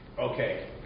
okay